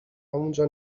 همونجا